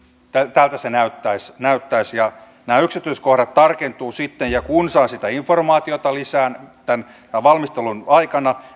tältä se näyttäisi näyttäisi ja nämä yksityiskohdat tarkentuvat sitten ja kun saan sitä informaatiota lisää tämän valmistelun aikana